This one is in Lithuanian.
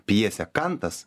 pjesę kantas